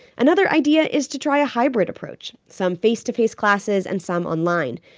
another idea is to try a hybrid approach some face-to-face classes and some online.